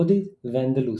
הודית ואנדלוסית.